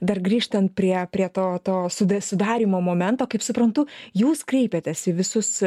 dar grįžtant prie prie to to suda sudarymo momento kaip suprantu jūs kreipiatės į visus